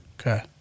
Okay